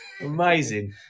amazing